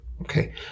okay